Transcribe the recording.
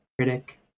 Critic